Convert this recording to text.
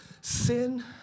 Sin